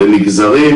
למגזרים.